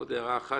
עוד הערה אחת